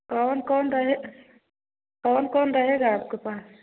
कौन कौन रहे कौन कौन रहेगा आपके पास